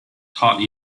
taught